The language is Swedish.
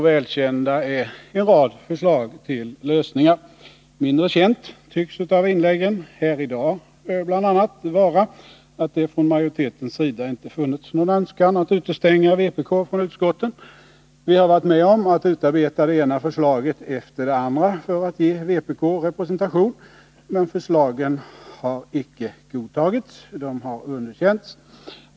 Välkända är också en rad förslag till lösningar. Mindre känt, bl.a. att döma av inläggen här i dag, tycks vara att det från majoritetens sida inte funnits någon önskan att utestänga vpk från utskotten. Vi har varit med om att utarbeta det ena förslaget efter det andra för att ge vpk representation. Men förslagen har icke godtagits. De har underkänts.